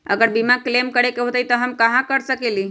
अगर बीमा क्लेम करे के होई त हम कहा कर सकेली?